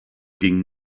ging